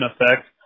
effect